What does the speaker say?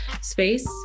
space